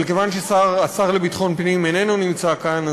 אבל כיוון שהשר לביטחון פנים איננו נמצא כאן,